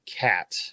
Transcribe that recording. cat